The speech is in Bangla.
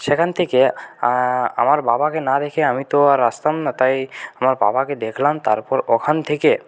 সেখান থেকে আমার বাবাকে না দেখে আমি তো আর আসতাম না তাই আমার বাবাকে দেখলাম তারপর ওখান থেকে